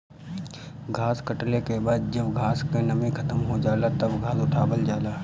घास कटले के बाद जब घास क नमी खतम हो जाला तब घास उठावल जाला